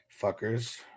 fuckers